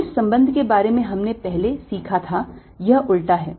जिस संबंध के बारे में हमने पहले सीखा था यह उलटा है